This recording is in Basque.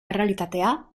errealitatea